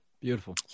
beautiful